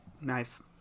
Nice